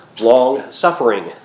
long-suffering